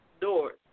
doors